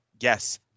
yes